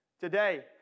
today